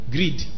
Greed